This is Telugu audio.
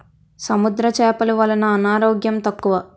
సముద్ర చేపలు వలన అనారోగ్యం తక్కువ